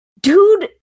Dude